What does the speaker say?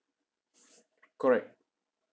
correct